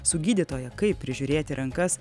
su gydytoja kaip prižiūrėti rankas